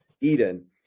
Eden